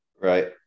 Right